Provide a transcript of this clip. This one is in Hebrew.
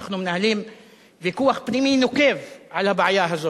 אנחנו מנהלים ויכוח פנימי נוקב על הבעיה הזאת,